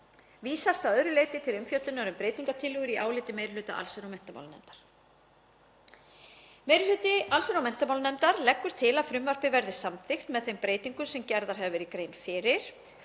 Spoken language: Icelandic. Vísast að öðru leyti til umfjöllunar um breytingartillögur í áliti meiri hluta allsherjar- og menntamálanefndar. Meiri hluti allsherjar- og menntamálanefndar leggur til að frumvarpið verði samþykkt með þeim breytingum sem gerð hefur verið grein fyrir.